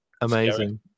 Amazing